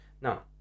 Now